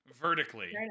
vertically